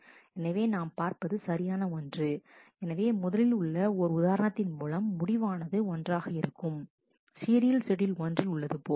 எனவே நாம் பார்ப்பது சரியான ஒன்று எனவே முதலில் உள்ள ஓர் உதாரணத்தின் மூலம் முடிவானது ஒன்றாக இருக்கும் சீரியல் ஷெட்யூல் ஒன்றில் உள்ளது போல்